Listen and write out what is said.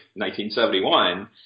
1971